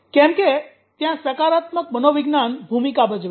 કેમ કે ત્યાં સકારાત્મક મનોવિજ્ઞાન ભૂમિકા ભજવે છે